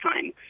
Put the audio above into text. time